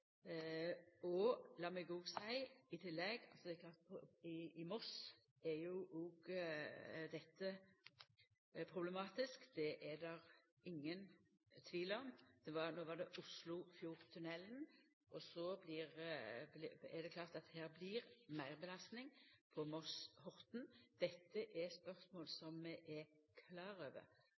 meg òg seia i tillegg at i Moss er dette problematisk – det er det ingen tvil om. No var det snakk om Oslofjordtunnelen, og det er klart at det blir ei meirbelasting på Moss–Horten. Dette er spørsmål eg er klar over,